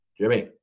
Jimmy